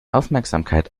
aufmerksamkeit